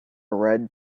red